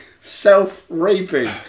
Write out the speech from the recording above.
self-raping